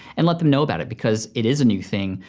and let them know about it because it is a new thing.